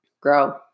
grow